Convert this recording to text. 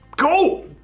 Go